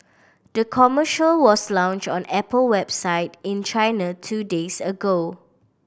the commercial was launched on Apple website in China two days ago